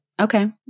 okay